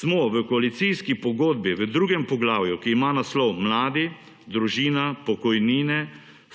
smo v koalicijski pogodbi v drugem poglavju, ki ima naslov mladi, družina, pokojnine,